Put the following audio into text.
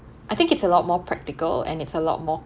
I think it's a lot more practical and it's a lot more